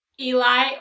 Eli